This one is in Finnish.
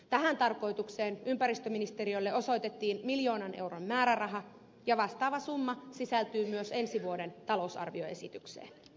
tähän tarkoitukseen ympäristöministeriölle osoitettiin miljoonan euron määräraha ja vastaava summa sisältyy myös ensi vuoden talousarvioesitykseen